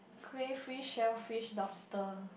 crayfish shellfish lobster